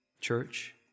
Church